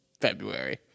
February